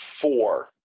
four